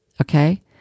okay